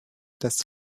das